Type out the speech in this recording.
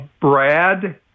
Brad